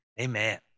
Amen